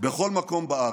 בכל מקום בארץ.